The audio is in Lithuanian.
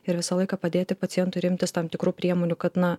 ir visą laiką padėti pacientui ir imtis tam tikrų priemonių kad na